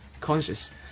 conscious